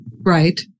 right